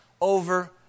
over